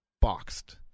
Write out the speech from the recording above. boxed